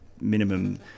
minimum